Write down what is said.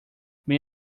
may